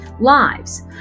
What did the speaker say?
lives